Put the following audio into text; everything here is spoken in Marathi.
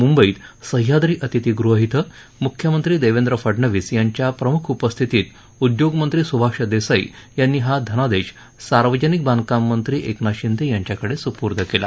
मुंबईत सह्याद्री अतिथीगृह इथं मुख्यमंत्री देवेंद्र फडणवीस यांच्या प्रमुख उपस्थितीत उद्योगमंत्री सुभाष देसाई यांनी हा धनादेश सार्वजनिक बांधकाममंत्री एकनाथ शिंदे यांच्याकडे सुपूर्द केला